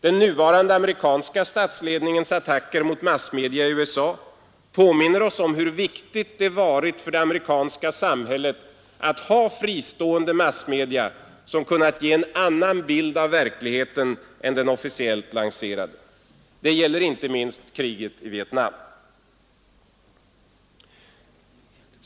Den nuvarande amerikanska statsledningens attacker mot massmedia i USA påminner oss om hur viktigt det har varit för det amerikanska samhället att ha fristående massmedia som kunnat ge en annan bild av verkligheten än den officiellt lanserade. Det gäller inte minst kriget i Vietnam.